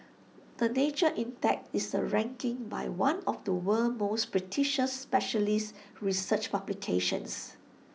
the nature index is A ranking by one of the world's most prestigious specialist research publications